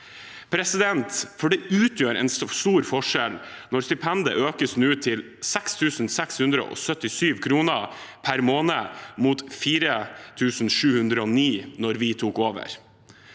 budsjettene. For det utgjør en stor forskjell når stipendet nå økes til 6 677 kr per måned, mot 4 709 kr da vi tok over.